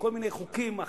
כל מיני חוקים אחרים,